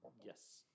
Yes